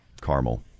caramel